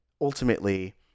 ultimately